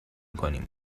کنیم